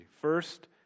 First